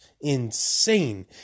insane